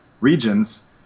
regions